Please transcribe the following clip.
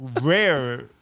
rare